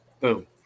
boom